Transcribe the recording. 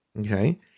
Okay